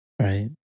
Right